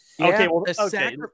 Okay